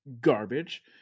garbage